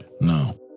no